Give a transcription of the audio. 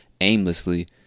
aimlessly